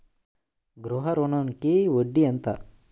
గృహ ఋణంకి వడ్డీ ఎంత?